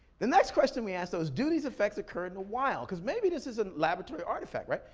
the next question we asked was, do these effects occur in the wild? cause maybe this is a laboratory artifact, right?